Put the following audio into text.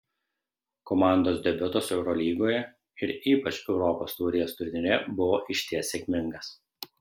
komandos debiutas eurolygoje ir ypač europos taurės turnyre buvo išties sėkmingas